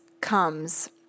comes